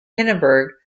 hindenburg